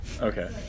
Okay